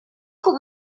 خوب